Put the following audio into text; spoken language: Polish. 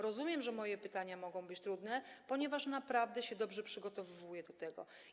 Rozumiem, że moje pytania mogą być trudne, ponieważ naprawdę dobrze się przygotowuję do tego.